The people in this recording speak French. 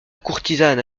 courtisane